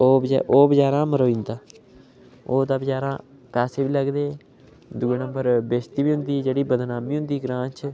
ओह् बचैरा ओह् बचैरा मरोई जंदा ओह् तां बचैरा पैसे बी लगदे दुए नंबर बेस्ती बी होंदी जेह्ड़ी बदनामी होंदी ग्रांऽ च